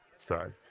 Sorry